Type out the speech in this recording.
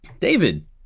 David